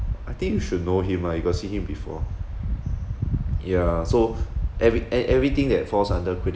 I think you should know him ah you got see him before yeah so every~ e~ everything that falls under critical